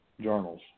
journals